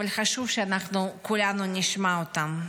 אבל חשוב שאנחנו כולנו נשמע אותם: